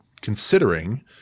considering